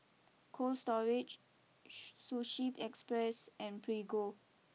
Cold Storage Sushi Express and Prego